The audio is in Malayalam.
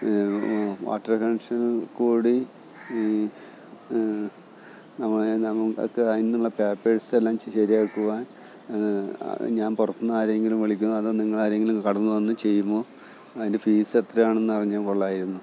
വാട്ടർ കണക്ഷനിൽ കൂടി ഈ ആ അതിനുള്ള പേപ്പേഴ്സ് എല്ലാം ശരിയാക്കുവാൻ ഞാൻ പുറത്തു നിന്ന് ആരെയെങ്കിലും വിളിക്കണോ അതോ നിങ്ങൾ ആരെങ്കിലും കടന്നു വന്നു ചെയ്യുമോ അതിൻ്റെ ഫീസ് എത്രയാണെന്ന് അറിഞ്ഞാൽ കൊള്ളാമായിരുന്നു